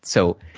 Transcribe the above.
so,